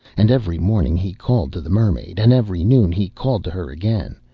and every morning he called to the mermaid, and every noon he called to her again,